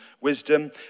wisdom